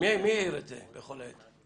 מי העיר בכל עת?